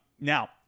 Now